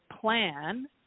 plan